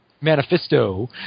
manifesto